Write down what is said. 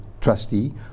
trustee